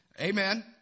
Amen